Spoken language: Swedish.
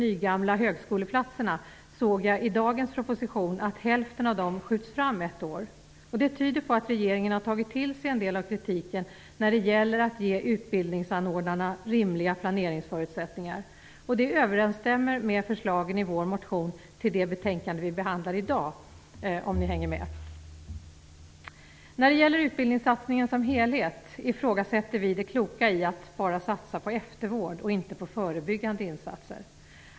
Jag såg i dagens proposition att hälften av de Det tyder på att regeringen tagit till sig en del av kritiken när det gäller att ge utbildningsanordnarna rimliga planeringsförutsättningar. Det överensstämmer med förslagen i vår motion till det betänkande vi behandlar i dag. När det gäller utbildningssatsningen som helhet ifrågasätter vi det kloka i att bara satsa på eftervård och inte på förebyggande insatser.